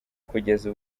kugeza